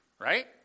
right